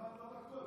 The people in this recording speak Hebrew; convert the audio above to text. למה הם לא בדקו?